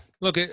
look